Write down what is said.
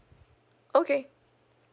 okay